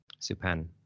Supan